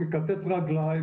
מכתת רגליי,